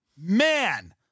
Man